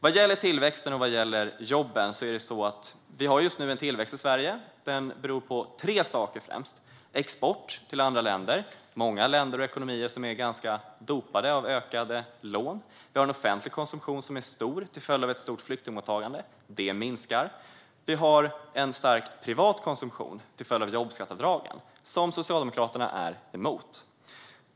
Vad gäller tillväxten och jobben har vi just nu tillväxt i Sverige. Det beror främst på tre saker. Det är export till andra länder, varav många länders ekonomier är ganska dopade av ökade lån. Vi har också en stor offentlig konsumtion, till följd av ett stort flyktingmottagande. Det minskar. Och vi har en stark privat konsumtion, till följd av jobbskatteavdragen, som Socialdemokraterna är emot.